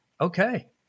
okay